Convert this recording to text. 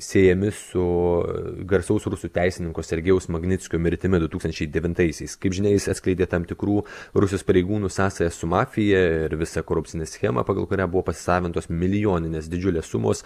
siejami su garsaus rusų teisininko sergejaus magnickio mirtimi du tūkstančiai devintaisiais kaip žinia jis atskleidė tam tikrų rusijos pareigūnų sąsajas su mafija ir visą korupcinę schemą pagal kurią buvo pasisavintos milijoninės didžiulės sumos